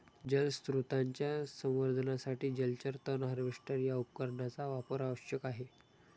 जलस्रोतांच्या संवर्धनासाठी जलचर तण हार्वेस्टर या उपकरणाचा वापर आवश्यक आहे